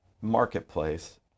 marketplace